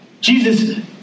Jesus